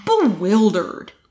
bewildered